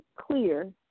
clear